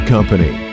Company